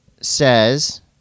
says